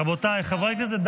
רבותיי חברי הכנסת,